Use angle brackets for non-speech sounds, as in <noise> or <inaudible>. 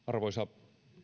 <unintelligible> arvoisa